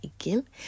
again